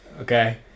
Okay